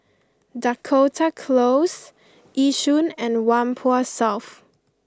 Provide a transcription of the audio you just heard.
Dakota Close Yishun and Whampoa South